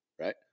right